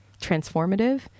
transformative